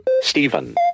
Stephen